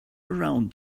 around